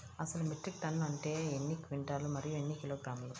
అసలు metric ton అంటే ఎన్ని క్వింటాలు మరియు ఎన్ని కిలోగ్రాములు?